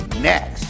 next